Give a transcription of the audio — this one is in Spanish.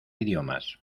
idiomas